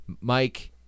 Mike